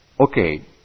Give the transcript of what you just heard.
Okay